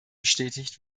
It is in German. bestätigt